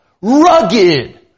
rugged